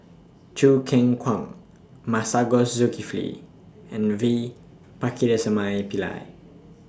Choo Keng Kwang Masagos Zulkifli and V Pakirisamy Pillai